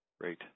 Great